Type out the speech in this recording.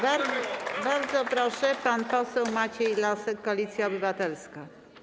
Bardzo proszę, pan poseł Maciej Lasek, Koalicja Obywatelska.